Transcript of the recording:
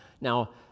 Now